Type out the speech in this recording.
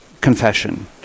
Confession